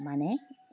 মানে